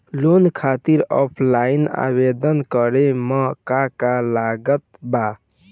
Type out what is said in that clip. Loan खातिर offline आवेदन करे म का का लागत बा?